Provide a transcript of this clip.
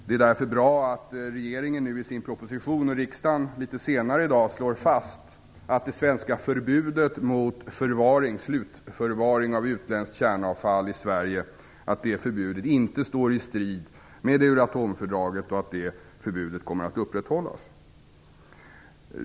Det är därför bra att regeringen nu i sin proposition och riksdagen litet senare i dag slår fast att det svenska förbudet mot slutförvaring av utländskt kärnavfall i Sverige inte står i strid med Euratomfördraget och att det förbudet kommer att upprätthållas.